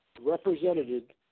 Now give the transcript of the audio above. represented